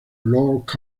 lord